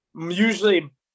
usually